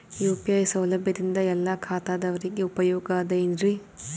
UPI ಸೌಲಭ್ಯದಿಂದ ಎಲ್ಲಾ ಖಾತಾದಾವರಿಗ ಉಪಯೋಗ ಅದ ಏನ್ರಿ?